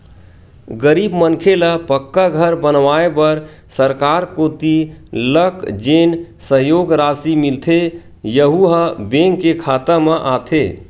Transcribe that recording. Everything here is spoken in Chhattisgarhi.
गरीब मनखे ल पक्का घर बनवाए बर सरकार कोती लक जेन सहयोग रासि मिलथे यहूँ ह बेंक के खाता म आथे